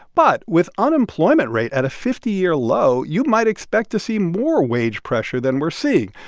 but with unemployment rate at a fifty year low, you might expect to see more wage pressure than we're seeing.